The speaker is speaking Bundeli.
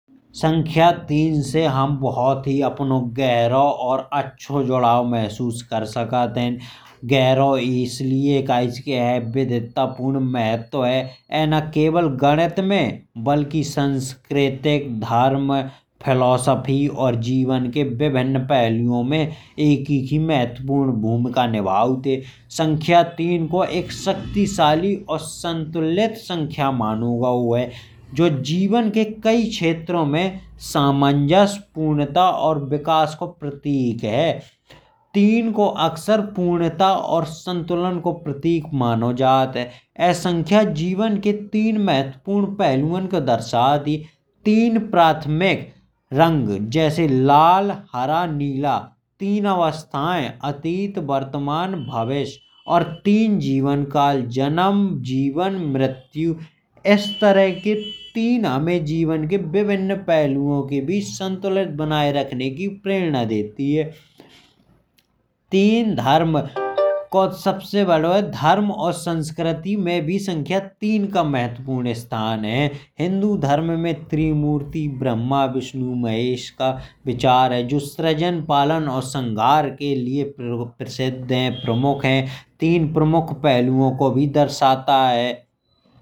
संख्या तीन से हम बहुत ही अपनौं गहरौ और अच्छा जोड़ाव महसूस कर सकत हैं। गहरौ इसलिये इसका विधातपूर्व महत्व है। यह ना केवल गणित में बल्कि सांस्कृतिक धर्म। फ़िलॉसफ़ी और जीवन के विभिन्न पहलुओं में भी एक एकही महत्वपूर्ण भूमिका निभौत है। संख्या तीन को एक शक्तिशाली और संतुलित संख्या मानौ गॉव है। जो जीवन के कई क्षेत्रों में सामंजस्य पूर्णता और विकास का प्रतीक है। तीन को अक्सर पूर्णता और संतुलन का प्रतीक मानौ जात है। यह संख्या जीवन के तीन महत्वपूर्ण पहलुओं को दर्शात ही तीन प्राथमिक रंग। जैसे– लाल, हरा, नीला, तीन अवस्थाएं – अतीत, वर्तमान, भविष्य । और तीन जीवनकाल जन्म जीवन मृत्यु। इस तरह के तीन हमें जीवन के विभिन्न पहलुओं के बीच संतुलित बनाए रखने की प्रेरणा देती हैं। तीन धर्म को सबसे बड़ा धर्म है। और संस्कृति में भी संख्या तीन का महत्वपूर्ण स्थान है। हिन्दू धर्म में त्रिमूर्ति ब्रह्मा विष्णु महेश का विचार है जो सृजन। पालन और संहार के लिये प्रसिद्ध है प्रमुख है। यह तीन प्रमुख पहलुओं को भी दर्शाता है।